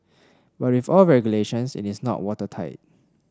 but with all regulations it is not watertight